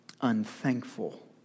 unthankful